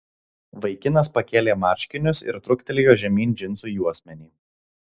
vaikinas pakėlė marškinius ir truktelėjo žemyn džinsų juosmenį